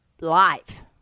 life